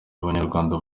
abanyarwanda